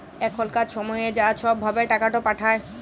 এখলকার ছময়ে য ছব ভাবে টাকাট পাঠায়